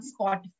Spotify